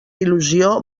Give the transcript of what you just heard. il·lusió